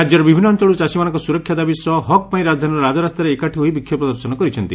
ରାଜ୍ୟର ବିଭିନ୍ନ ଅଅଳରୁ ଚାଷୀମାନଙ୍କ ସୁରକ୍ଷା ଦାବି ସହ ହକ୍ ପାଇଁ ରାଜଧାନୀର ରାଜରାସ୍ତାରେ ଏକାଠି ହୋଇ ବିକ୍ଷୋଭ ପ୍ରଦର୍ଶନ କରିଛନ୍ତି